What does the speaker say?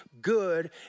good